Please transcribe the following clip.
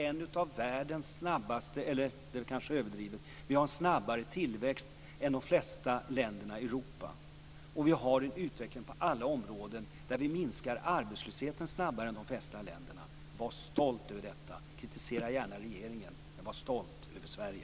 Här har vi en snabbare tillväxt än de flesta länder i Europa, och vi har på alla områden en utveckling där vi minskar arbetslösheten snabbare än de flesta länder. Var stolt över detta! Kritisera gärna regeringen, men var stolt över Sverige!